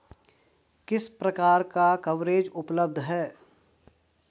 किस प्रकार का कवरेज उपलब्ध है?